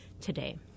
today